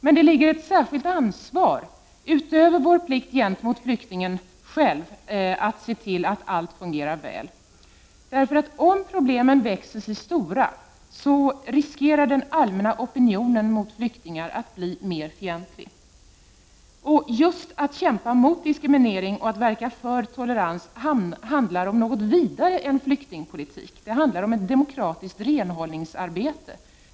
Men det ligger ett särskilt ansvar, utöver vår plikt gentemot flyktingen själv, att se till att allt fungerar väl. Om problemen växer sig stora riskerar nämligen den allmänna opinionen mot flyktingar att bli mer fientlig. Just att kämpa emot diskriminering och att verka för tolerans handlar om något vidare än flyktingpolitik: det handlar om ett demokratiskt renhållningsarbete.